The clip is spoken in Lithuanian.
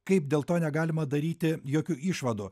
kaip dėl to negalima daryti jokių išvadų